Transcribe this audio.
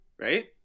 right